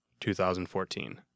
2014